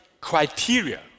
criteria